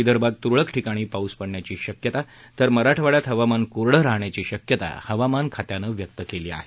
विदर्भात तुरळक ठिकाणी पाऊस पडण्याची शक्यता तर मराठवाड्यात हवामान कोरडं राहण्याची शक्यता हवामान खात्यानं व्यक्त केली आहे